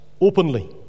openly